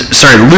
sorry